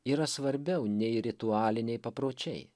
yra svarbiau nei ritualiniai papročiai